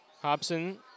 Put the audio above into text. Hobson